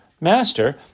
Master